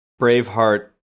Braveheart